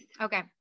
Okay